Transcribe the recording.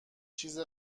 چیز